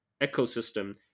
ecosystem